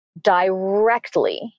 directly